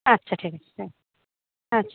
আচ্ছা ঠিক আছে হ্যাঁ আচ্ছা